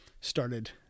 started